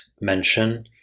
mention